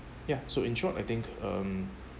ya so in short I think um